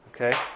Okay